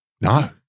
No